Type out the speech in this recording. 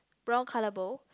brown colour bowl